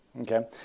Okay